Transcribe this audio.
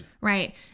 right